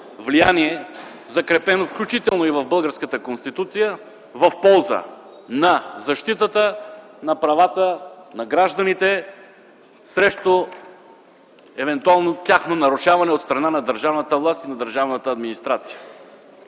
влияние, закрепено включително и в българската Конституция, в полза на защитата на правата на гражданите срещу евентуално тяхно нарушаване от страна на държавната власт, на държавната администрация.